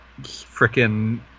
frickin